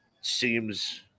Seems